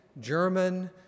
German